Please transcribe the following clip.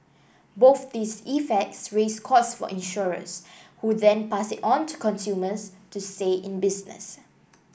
both these effects raise costs for insurers who then pass it on to consumers to stay in business